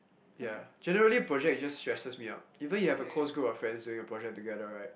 ya generally project just stresses me out even you have a close group of friends doing a project together right